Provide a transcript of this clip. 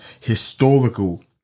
historical